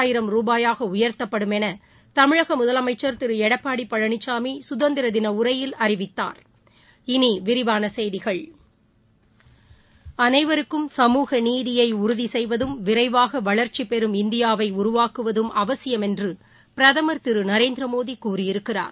ஆயிரம் ருபாயாகஉயர்த்தப்படும் எனதமிழகமுதலமைச்ச் திருஎடப்பாடிபழனிசாமிசுதந்திரதினஉரையில் அறிவித்தார் இனிவிரிவானசெய்திகள் அனைவருக்கும் கமூக நீதியைஉறுதிசெய்வதும் விரைவாகவளர்ச்சிபெறும் இந்தியாவைஉருவாக்குவதும் அவசியம் என்றுபிரதமர் திருநரேந்திரமோடிகூறியிருக்கிறார்